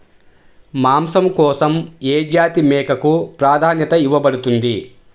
మాంసం కోసం ఏ జాతి మేకకు ప్రాధాన్యత ఇవ్వబడుతుంది?